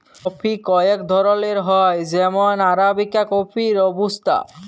coffee কয়েক ধরলের হ্যয় যেমল আরাবিকা কফি, রবুস্তা